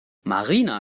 marina